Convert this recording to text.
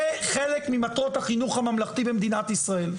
זה חלק ממטרות החינוך הממלכתי במדינת ישראל.